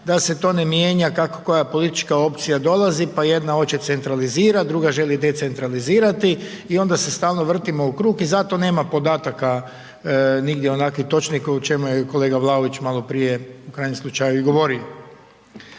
da se to ne mijenja kako koja politička opcija dolazi, pa jedna hoće centralizirati, druga želi decentralizirati i onda se stalno vrtimo u krug i zato nema podataka nigdje točnih o čemu je kolega Vlaović maloprije u krajnjem slučaju i govorio.